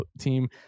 team